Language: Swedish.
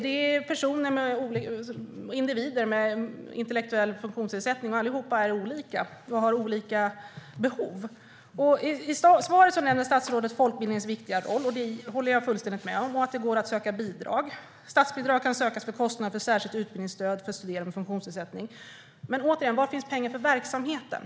Det är individer med en intellektuell funktionsnedsättning, och allihop är olika och har olika behov. I svaret nämner statsrådet folkbildningens viktiga roll, vilken jag fullständigt håller med om, och att det går att söka bidrag - "statsbidrag kan sökas för kostnader för särskilt utbildningsstöd för studerande med funktionsnedsättningar". Men återigen: Var finns pengar för verksamheten?